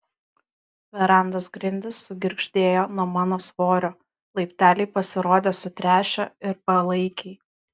verandos grindys sugirgždėjo nuo mano svorio laipteliai pasirodė sutręšę ir palaikiai